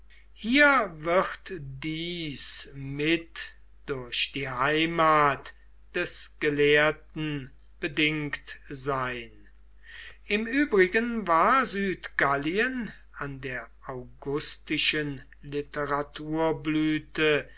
hier wird dies mit durch die heimat des gelehrten bedingt sein im übrigen war südgallien an der augustischen